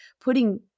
putting